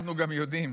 אנחנו גם יודעים